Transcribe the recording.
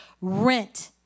rent